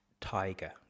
tiger